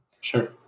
Sure